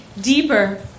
deeper